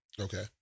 Okay